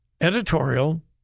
Editorial